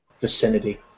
vicinity